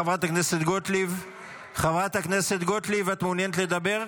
חברת הכנסת גוטליב, את מעוניינת לדבר?